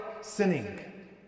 sinning